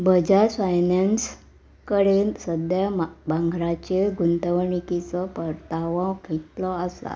Bajaj finance कडेन सद्या भांगराचेर गुंतवणिकीचो परतावो कितलो आसा